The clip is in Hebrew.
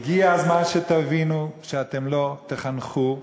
הגיע הזמן שתבינו שאתם לא תחנכו,